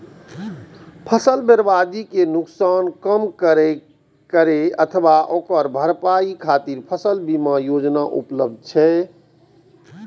फसल बर्बादी के नुकसान कम करै अथवा ओकर भरपाई खातिर फसल बीमा योजना उपलब्ध छै